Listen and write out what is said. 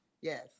yes